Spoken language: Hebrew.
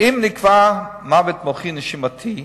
"אם נקבע מוות מוחי- נשימתי,